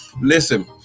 Listen